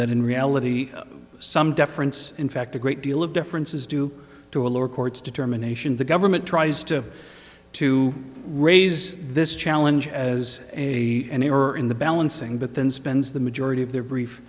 that in reality some deference in fact a great deal of difference is due to a lower court's determination the government tries to to raise this challenge as a an error in the balancing but then spends the majority of their brief